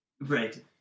Right